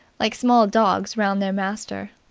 like small dogs round their master.